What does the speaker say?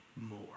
more